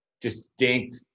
distinct